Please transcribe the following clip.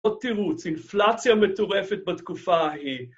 תירוץ, אינפלציה מטורפת בתקופה ההיא.